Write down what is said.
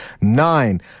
Nine